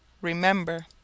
Remember